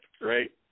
great